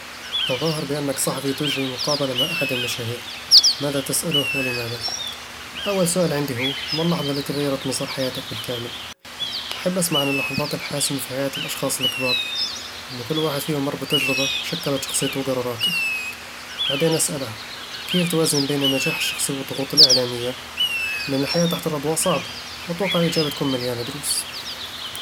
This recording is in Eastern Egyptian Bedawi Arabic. تظاهر بأنك صحفي تجري مقابلة مع أحد المشاهير. ماذا تسأله، ولماذا؟ أول سؤال عندي هو: "ما اللحظة الي غيرت مسار حياتك بالكامل؟" أحب أسمع عن اللحظات الحاسمة في حياة الأشخاص الكبار، لأن كل واحد فيهم مر بتجربة شكلت شخصيته وقراراته بعدين أسأله: "كيف توازن بين النجاح الشخصي والضغوط الإعلامية؟" لأن الحياة تحت الأضواء صعبة، وأتوقع إن الإجابة تكون مليانة دروس